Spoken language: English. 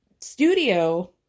studio